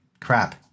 Crap